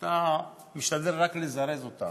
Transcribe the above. אתה משתדל רק לזרז אותם.